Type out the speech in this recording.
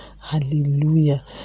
Hallelujah